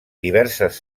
diverses